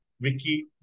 Vicky